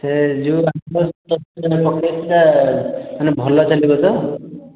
ସେଇ ଯେଉଁ ଟା ମାନେ ଭଲ ଚାଲିବ ତ